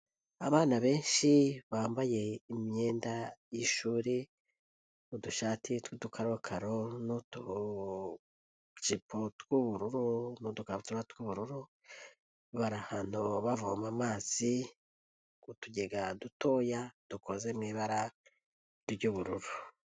Abana benshi bambaye imyenda y'ishuri udushati tw'udukarakaro n'utujepo tw'ubururu, n'udukabutura tw'ubururu bara bavoma amazi ku tugega dutoya dukozemo ibara ry'ubururu.